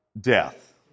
death